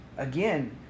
Again